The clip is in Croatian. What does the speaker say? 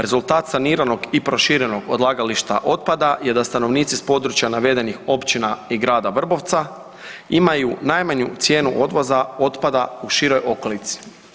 Rezultat saniranog i proširenog odlagališta otpada je da stanovnici s područja navedenih općina i grada Vrbovca imaju najmanju cijenu odvoza otpada u široj okolici.